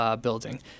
building